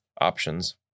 options